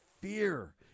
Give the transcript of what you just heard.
fear